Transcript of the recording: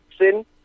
sin